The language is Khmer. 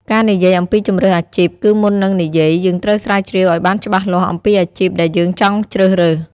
ការនិយាយអំពីជម្រើសអាជីព គឺមុននឹងនិយាយ យើងត្រូវស្រាវជ្រាវឲ្យបានច្បាស់លាស់អំពីអាជីពដែលយើងចង់ជ្រើសរើស។